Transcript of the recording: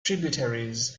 tributaries